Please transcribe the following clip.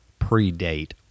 predate